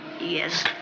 Yes